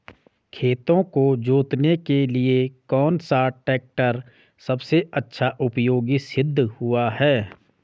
खेतों को जोतने के लिए कौन सा टैक्टर सबसे अच्छा उपयोगी सिद्ध हुआ है?